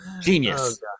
Genius